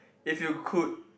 if you could